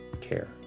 care